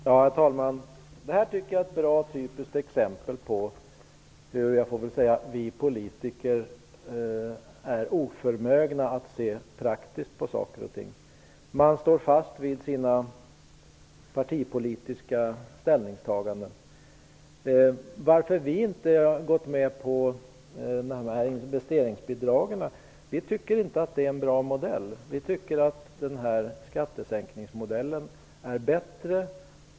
Herr talman! Jag tycker att detta är ett bra och typiskt exempel på hur vi politiker är oförmögna att se praktiskt på saker och ting. Vi står fast vid våra partipolitiska ställningstaganden. Vi har inte gått med på förslaget om investeringsbidrag eftersom vi inte tycker att det är en bra modell. Vi tycker att skattesänkningsmodellen är bättre.